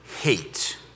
hate